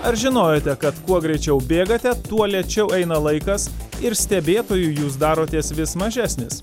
ar žinojote kad kuo greičiau bėgate tuo lėčiau eina laikas ir stebėtojui jūs darotės vis mažesnis